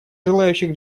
желающих